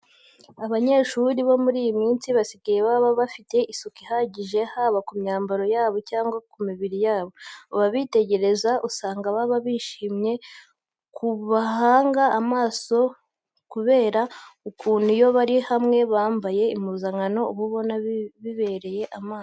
Abanyeshuri bo muri iyi minsi basigaye baba bafite isuku ihagije haba ku myambaro yabo cyangwa ku mibiri yabo. Ababitegereza usanga baba bishimiye kubahanga amaso kubera ukuntu iyo bari hamwe bambaye impuzankano uba ubona bibereye amaso.